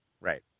Right